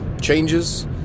changes